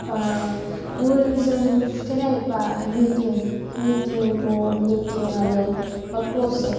उलजों सुथेनाय बा निथिं निथिंखौ निथिं आरो बा क्लसेट